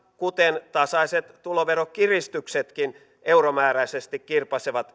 kuten tasaiset tuloveron kiristyksetkin euromääräisesti kirpaisevat